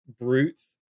brute's